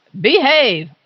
behave